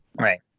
right